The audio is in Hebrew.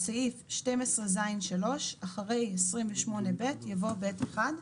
בסעיף 12ז'3, אחרי 28ב' יבוא ב'1.